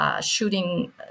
Shooting